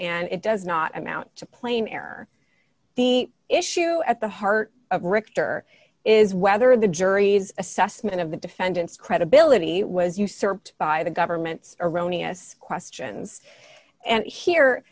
and it does not amount to plain error the issue at the heart of richter is whether the jury's assessment of the defendant's credibility was usurped by the government's erroneous questions and here